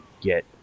get